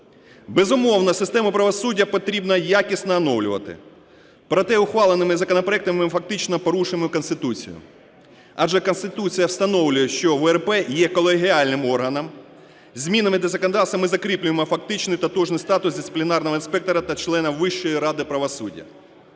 Безумовно, систему правосуддя потрібно якісно оновлювати. Проте ухваленими законопроектами фактично порушуємо Конституцію. Адже Конституція встановлює, що ВРП є колегіальним органом, змінами до законодавства ми закріплюємо фактичний і тотожний статус дисциплінарного інспектора та члена Вищої ради правосуддя.